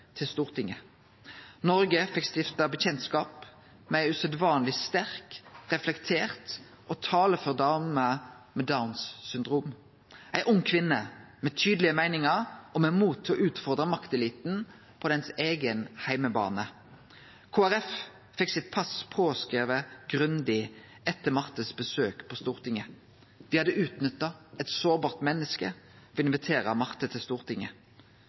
til Stortinget. Noreg fekk stifte kjennskap med ei usedvanleg sterk, reflektert og talefør dame med Downs syndrom – ei ung kvinne med tydelege meiningar og med mot til å utfordre makteliten på deira eigen heimebane. Kristeleg Folkeparti fekk passet sitt grundig påskrive etter Martes besøk på Stortinget. Me hadde utnytta eit sårbart menneske ved å invitere Marte til Stortinget.